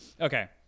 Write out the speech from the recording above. Okay